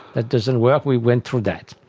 that doesn't work, we went through that.